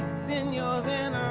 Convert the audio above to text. send yours in